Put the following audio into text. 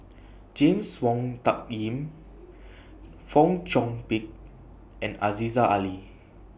James Wong Tuck Yim Fong Chong Pik and Aziza Ali